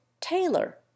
Taylor